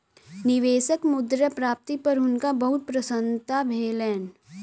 निवेशक मुद्रा प्राप्ति पर हुनका बहुत प्रसन्नता भेलैन